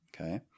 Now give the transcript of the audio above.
Okay